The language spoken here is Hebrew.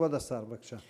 כבוד השר, בבקשה.